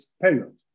period